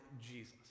Jesus